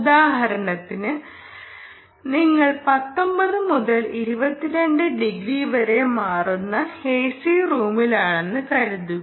ഉദാഹരണത്തിന് നിങ്ങൾ 19 മുതൽ 22 ഡിഗ്രി വരെ മാറുന്ന എസി റൂമിലാണെന്നു കരുതുക